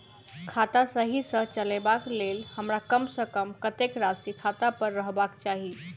खाता सही सँ चलेबाक लेल हमरा कम सँ कम कतेक राशि खाता पर रखबाक चाहि?